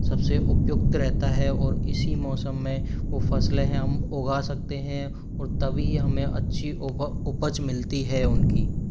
सबसे उपयुक्त रहता है और इसी मौसम में वो फ़सलें हम उगा सकते हैं और तभी हमें अच्छी उपप उपज मिलती है उनकी